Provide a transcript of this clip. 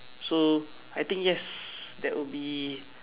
so I think yes that will be